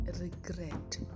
regret